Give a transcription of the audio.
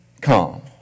calm